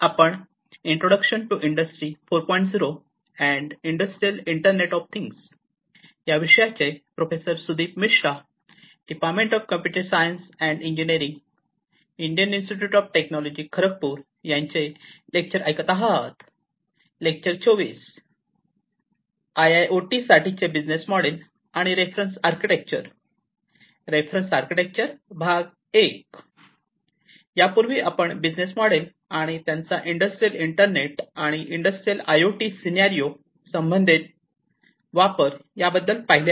I I O T साठीचे business model आणि reference architecture reference architecture भाग 1 यापूर्वी आपण बिझनेस मॉडेल आणि त्यांचा इंडस्ट्रियल इंटरनेट आणि industrial I O T scenario संबंधित वापर याबद्दल पाहिले